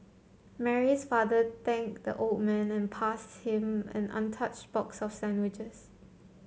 Mary's father thanked the old man and passed him an untouched box of sandwiches